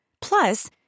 Plus